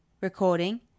Recording